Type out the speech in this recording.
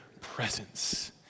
presence